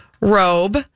robe